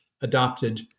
adopted